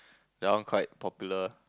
that one quite popular